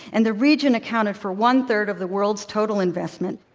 and the region accounted for one-third of the world's total investment.